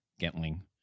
Gentling